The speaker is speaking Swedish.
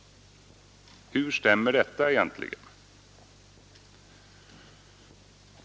Hur stämmer detta egentligen?